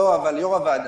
יו"ר הוועדה,